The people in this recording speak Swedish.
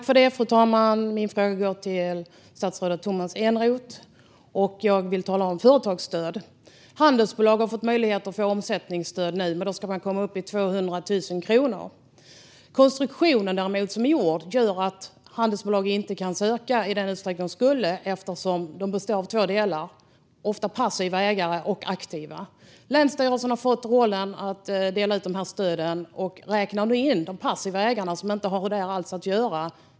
Fru talman! Min fråga går till statsrådet Tomas Eneroth. Jag vill tala om företagsstöd. Handelsbolag har nu fått möjlighet att få omsättningsstöd, men då ska de komma upp i 200 000 kronor. Konstruktionen av det gör däremot att handelsbolag inte kan ansöka om stödet i den utsträckning som de skulle behöva eftersom de består av två delar. Ofta är det både passiva och aktiva ägare. Länsstyrelsen har fått uppdraget att dela ut stöden och räknar nu in de passiva ägarna i stödet, trots att de inte har med detta att göra.